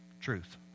truth